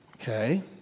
Okay